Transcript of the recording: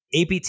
apt